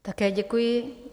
Také děkuji.